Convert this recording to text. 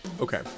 Okay